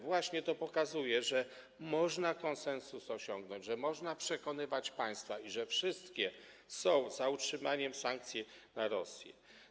Właśnie to pokazuje, że można osiągnąć konsensus, że można przekonywać państwa i że wszystkie są za utrzymaniem sankcji na Rosję.